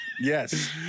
yes